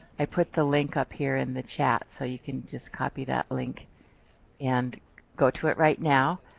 i put the link up here in the chat, so you can just copy that link and go to it right now.